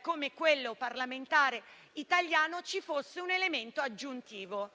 come quello parlamentare italiano, ci fosse un elemento aggiuntivo.